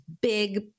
big